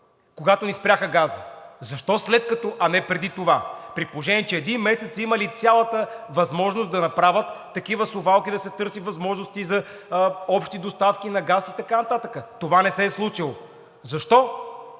Когато ни спряха газа. Защо след като, а не преди това, при положение че един месец са имали цялата възможност да направят такива совалки, да се търсят възможности за общи доставки на газ и така нататък?! Това не се е случило. Защо?